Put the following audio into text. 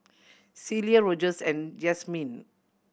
Celia Rogers and Yasmine